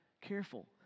careful